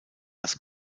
das